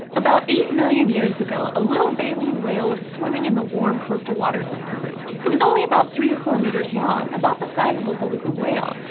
about eight million years ago, a little baleen whale was swimming in the warm coastal waters of peru. it was only about three or four meters long, about the size of a beluga whale,